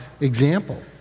example